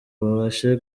abashe